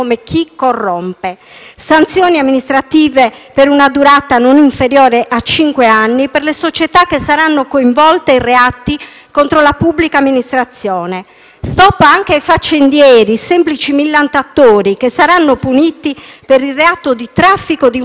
sanzioni amministrative per una durata non inferiore a cinque anni per le società che saranno coinvolte in reati contro la pubblica amministrazione e lo *stop* anche ai faccendieri, semplici millantatori che saranno puniti per il reato di traffico di influenze illecite.